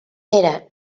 era